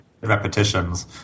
repetitions